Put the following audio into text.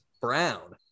brown